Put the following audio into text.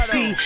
See